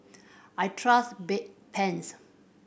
I trust Bedpans